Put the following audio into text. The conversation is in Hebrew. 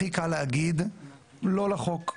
הכי קל להגיד לא לחוק,